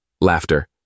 Laughter